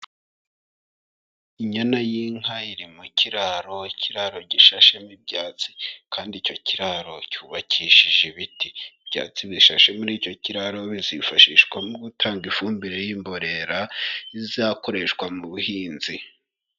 Inyana y'inka iri mu kiraro, ikiraro gishashemo ibyatsi. Kandi icyo kiraro cyubakishije ibiti. Ibyatsi bishashe muri icyo kiraro bizifashishwa mu gutanga ifumbire y'imborera izakoreshwa mu buhinzi.